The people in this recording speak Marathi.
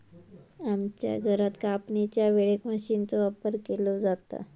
आमच्या घरात कापणीच्या वेळेक मशीनचो वापर केलो जाता